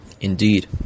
Indeed